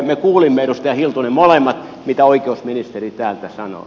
me kuulimme edustaja hiltunen molemmat mitä oikeusministeri täällä sanoi